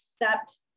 accept